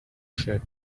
shirt